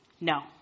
no